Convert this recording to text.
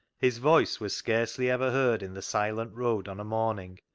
his voice was scarcely ever heard in the silent road on a morning,